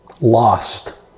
lost